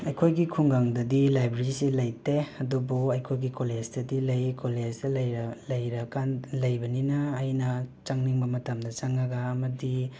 ꯑꯩꯈꯣꯏꯒꯤ ꯈꯨꯡꯒꯪꯗꯗꯤ ꯂꯥꯏꯕ꯭ꯔꯤꯁꯤ ꯂꯩꯇꯦ ꯑꯗꯨꯕꯨ ꯑꯩꯈꯣꯏꯒꯤ ꯀꯣꯂꯦꯁꯇꯗꯤ ꯂꯩ ꯀꯣꯂꯦꯁꯇ ꯂꯩꯔ ꯂꯩꯔꯀꯥꯟ ꯂꯩꯕꯅꯤꯅ ꯑꯩꯅ ꯆꯪꯅꯤꯡꯕ ꯃꯇꯝꯗ ꯆꯪꯂꯒ ꯑꯃꯗꯤ